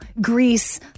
Greece